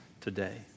today